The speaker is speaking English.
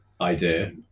idea